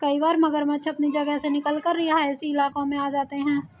कई बार मगरमच्छ अपनी जगह से निकलकर रिहायशी इलाकों में आ जाते हैं